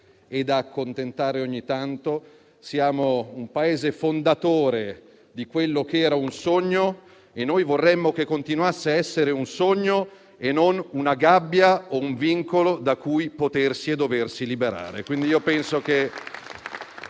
e accontentare ogni tanto; siamo un Paese fondatore di quello che era un sogno e che vorremmo continuasse a essere tale e non già una gabbia o un vincolo da cui potersi e doversi liberare.